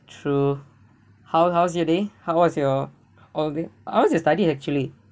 true how how's your day how was your all that how was your study actually